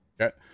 Okay